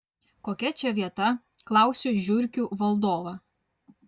kokia čia vieta klausiu žiurkių valdovą